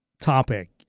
topic